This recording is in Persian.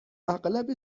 اغلب